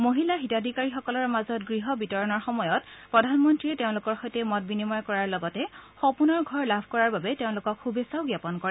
মহিলা হিতাধিকাৰীসকলৰ মাজত গৃহ বিতৰণৰ সময়ত প্ৰধানমন্ত্ৰীয়ে তেওঁলোকৰ সৈতে মত বিনিময় কৰাৰ লগতে সপোনৰ ঘৰ লাভ কৰাৰ বাবে তেওঁলোকক শুভেচ্ছাও জ্ঞাপন কৰে